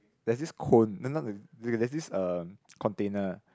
there's this cone not not the there's this uh container